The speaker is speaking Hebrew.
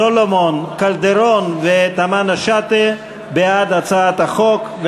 סולומון, קלדרון ותמנו-שטה בעד הצעת החוק.